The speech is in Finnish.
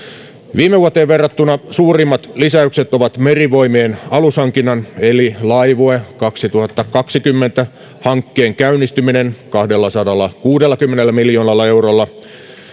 viime vuoteen verrattuna suurimmat lisäykset ovat merivoimien alushankinnan eli laivue kaksituhattakaksikymmentä hankkeen käynnistyminen kahdellasadallakuudellakymmenellä miljoonalla eurolla